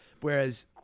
Whereas